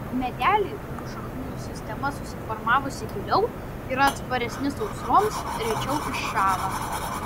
medeliai kurių šaknų sistema susiformavusi giliau yra atsparesni sausroms rečiau iššąla